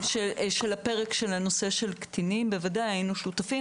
של הפרק של קטינים, בוודאי, היינו שותפים.